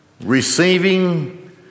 Receiving